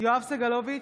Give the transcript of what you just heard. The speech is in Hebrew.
יואב סגלוביץ'